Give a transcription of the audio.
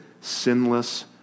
sinless